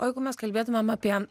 o jeigu mes kalbėtumėm apie